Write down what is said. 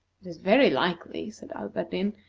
it is very likely, said alberdin,